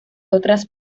otras